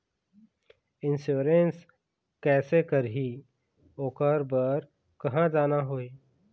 Insurance कैसे करही, ओकर बर कहा जाना होही?